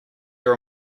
your